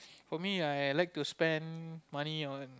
for me like I like to spend money on